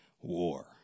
War